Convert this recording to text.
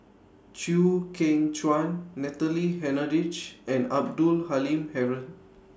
Chew Kheng Chuan Natalie Hennedige and Abdul Halim Haron